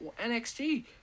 NXT